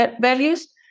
values